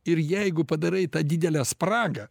ir jeigu padarai tą didelę spragą